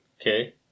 Okay